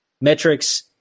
metrics